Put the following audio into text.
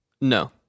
no